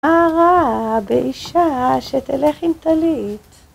מה רע באישה שתלך עם טלית?